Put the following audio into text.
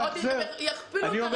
ועכשיו יכפילו את הרווח שלהן.